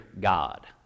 God